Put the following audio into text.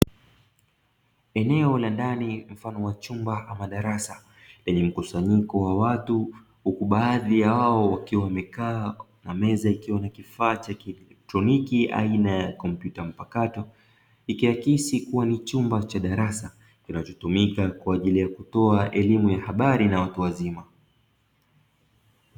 Eneo la ndani mfano wa chumba ama darasa lenye mkusanyiko wa watu huku baadhi ya hao wakiwa wamekaa na meza ikiwa na kifaa cha kieletroniki aina ya kompyuta mpakato, ikiakisi kuwa ni chumba cha darasa kinachotumika kwaajili ya kutoa elimu ya habari na watu wazima.